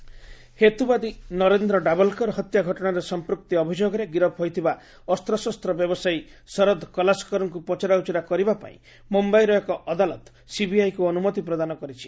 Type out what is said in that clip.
Maharashtra court Dabholkar ହେତୁବାଦୀ ନରେନ୍ଦ୍ର ଡାଭଲ୍କର ହତ୍ୟା ଘଟଣାରେ ସଂପୃକ୍ତି ଅଭିଯୋଗରେ ଗିରଫ ହୋଇଥିବା ଅସ୍ତ୍ରଶସ୍ତ୍ର ବ୍ୟବସାୟୀ ଶରଦ କଲାସ୍କର୍ଙ୍କୁ ପଚରାଉଚରା କରିବା ପାଇଁ ମୁମ୍ଯାଇର ଏକ ଅଦାଲତ ସିବିଆଇକୁ ଅନୁମତି ପ୍ରଦାନ କରିଛି